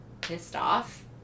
pissed-off